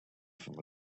from